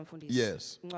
Yes